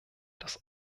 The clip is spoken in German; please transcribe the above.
das